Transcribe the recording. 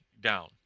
down